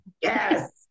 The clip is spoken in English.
Yes